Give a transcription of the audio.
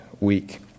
week